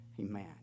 Amen